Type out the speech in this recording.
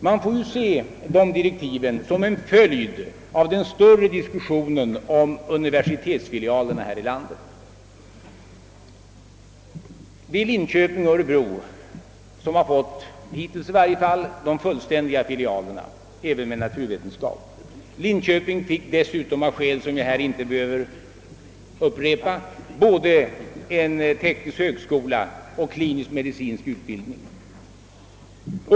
Man måste se dessa direktiv som en följd av den större diskussionen om universitetsfilialerna här i landet. Det är Linköping och Örebro som hittills fått de fullständiga filialerna som även inkluderar naturvetenskap. Linköping fick dessutom, av skäl som jag här inte behöver upprepa, både en teknisk högskola och en klinisk-medicinsk utbildningsanstalt.